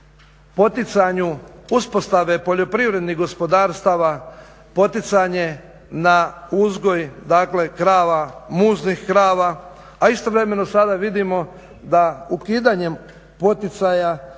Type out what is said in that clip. poticanju uspostave poljoprivrednih gospodarstava, poticanje na uzgoj dakle krava, muznih krava, a istovremeno sada vidimo da ukidanjem poticaja,